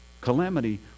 Calamity